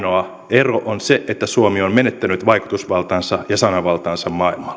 ero on se että suomi on menettänyt vaikutusvaltaansa ja sananvaltaansa maailmalla